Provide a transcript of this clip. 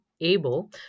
able